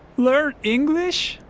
learn english?